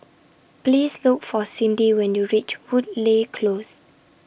Please Look For Cindi when YOU REACH Woodleigh Close